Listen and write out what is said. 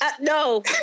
no